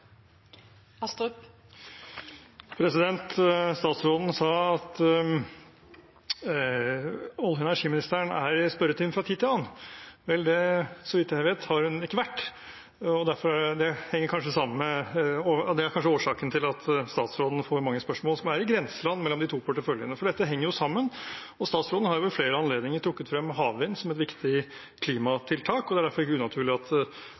Statsråden sa at olje- og energiministeren er i spørretimen fra tid til annen. Vel, så vidt jeg vet, har hun ikke vært det, og det er kanskje årsaken til at statsråden får mange spørsmål som er i grenseland mellom de to porteføljene, for dette henger jo sammen. Statsråden har ved flere anledninger trukket frem havvind som et viktig klimatiltak, og det er derfor ikke unaturlig at